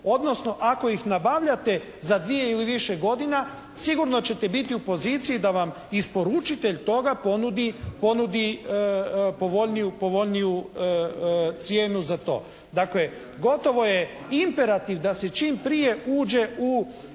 odnosno ako ih nabavljate za dvije ili više godina sigurno ćete biti u poziciji da vam isporučitelj toga ponudi povoljniju cijenu za to. Dakle, gotovo je imperativ da se čim prije uđe u